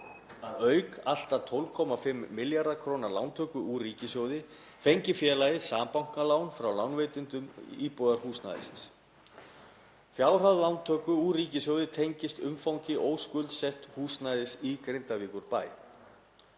að auk allt að 12,5 milljarða kr. lántöku úr ríkissjóði fengi félagið sambankalán frá lánveitendum íbúðarhúsnæðisins. Fjárhæð lántöku úr ríkissjóði tengist umfangi óskuldsetts húsnæðis í Grindavíkurbæ.